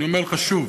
אני אומר לך שוב,